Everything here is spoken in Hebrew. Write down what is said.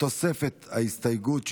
בתוספת ההסתייגות,